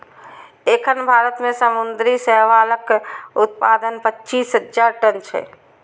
एखन भारत मे समुद्री शैवालक उत्पादन पच्चीस हजार टन छै